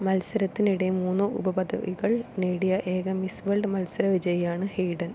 മത്സരത്തിനിടെ മൂന്ന് ഉപപദവികള് നേടിയ ഏക മിസ് വേൾഡ് മത്സരവിജയിയാണ് ഹെയ്ഡൻ